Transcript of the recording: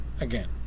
again